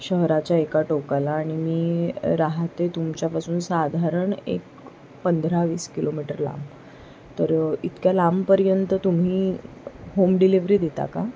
शहराच्या एका टोकाला आणि मी राहते तुमच्यापासून साधारण एक पंधरा वीस किलोमीटर लांब तर इतक्या लांबपर्यंत तुम्ही होम डिलिवरी देता का